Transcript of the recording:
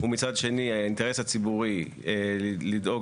ומצד שני האינטרס הציבורי לדאוג